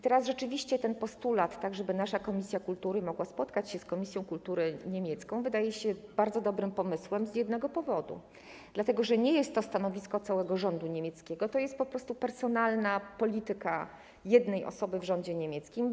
Teraz rzeczywiście ten postulat, żeby nasza komisja kultury mogła spotkać się z niemiecką komisją kultury, wydaje się bardzo dobrym pomysłem z jednego powodu, dlatego że nie jest to stanowisko całego rządu niemieckiego, to jest po prostu personalna polityka jednej osoby w rządzie niemieckim.